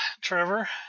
trevor